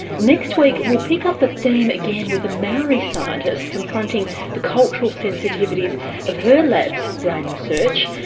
next week we'll pick up the theme again with a maori scientist confronting the cultural sensitivities of her lab's brain research.